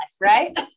right